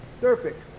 Perfect